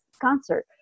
concert